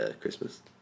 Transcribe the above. Christmas